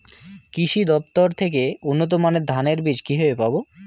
কৃষি দফতর থেকে উন্নত মানের ধানের বীজ কিভাবে পাব?